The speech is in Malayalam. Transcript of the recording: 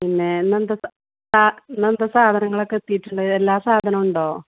പിന്നെ എങ്ങനത്തെ സാ ഇന്നത്തെ സാധങ്ങളൊക്കെ എത്തീട്ടുണ്ടോ ഇത് എല്ലാ സാധനോം ഉണ്ടോ